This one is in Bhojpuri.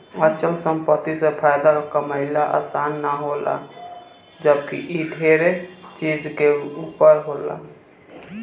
अचल संपत्ति से फायदा कमाइल आसान ना होला जबकि इ ढेरे चीज के ऊपर होला